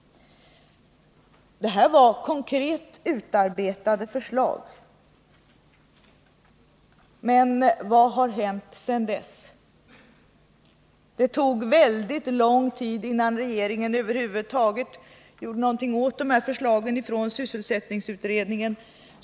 Det här var konkret utarbetade förslag, men vad har hänt sedan dess? Det tog väldigt lång tid innan regeringen över huvud taget gjorde någonting åt förslagen från sysselsättningsutredningen.